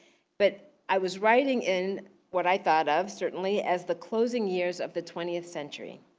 but i was writing in what i thought of certainly as the closing years of the twentieth century.